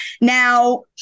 now